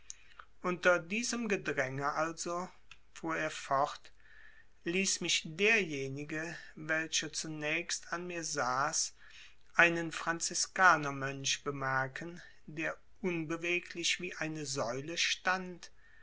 unter diesem gedränge also fuhr er fort ließ mich derjenige welcher zunächst an mir saß einen franziskanermönch bemerken der unbeweglich wie eine säule stand